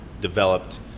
developed